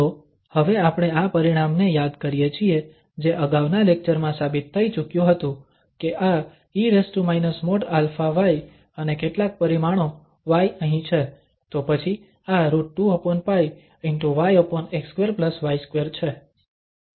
તો હવે આપણે આ પરિણામને યાદ કરીએ છીએ જે અગાઉના લેક્ચરમાં સાબિત થઈ ચૂક્યું હતું કે આ e |α|y અને કેટલાક પરિમાણો y અહી છે તો પછી આ √2π ✕ yx2y2 છે